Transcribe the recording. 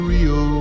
Rio